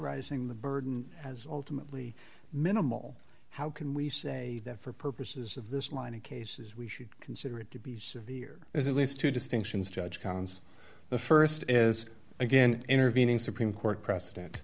zing the burden as alternately minimal how can we say that for purposes of this line of cases we should consider it to be severe as at least two distinctions judge counts the st is again intervening supreme court precedent